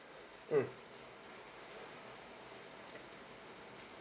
mm